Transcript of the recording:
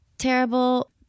terrible